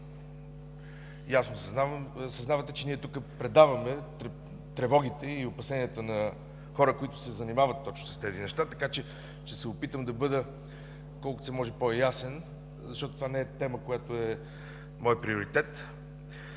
съзнавате, че ние тук предаваме тревогите и опасенията на хора, които се занимават точно с тези неща, така че ще се опитам да бъда колкото се може по-ясен, защото това не е тема, която е мой приоритет.